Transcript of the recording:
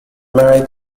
married